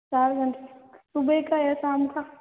चार घंटे सुबह का या शाम का